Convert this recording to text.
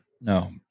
no